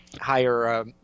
higher